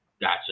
gotcha